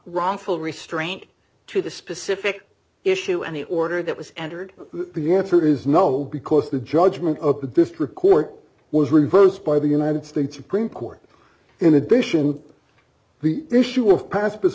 wrongful restraint to the specific issue any order that was entered the answer is no because the judgment of the district court was reversed by the united states supreme court in addition the issue of pastors